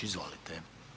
Izvolite.